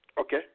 Okay